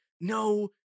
No